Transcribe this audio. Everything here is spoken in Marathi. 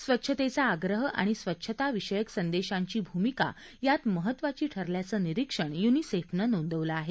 स्वच्छतेचा आग्रह आणि स्वच्छता विषयक संदेशांची भूमिका यात महत्वाची ठरल्याचं निरीक्षण युनिसेफनं नोंदवलं आहे